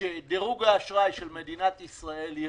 שדירוג האשראי של מדינת ישראל יירד.